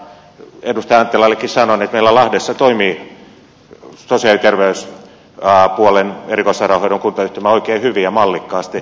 edustaja anttilallekin sanon että meillä lahdessa toimii sosiaali ja terveyspuolen erikoissairaanhoidon kuntayhtymä oikein hyvin ja mallikkaasti